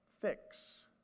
fix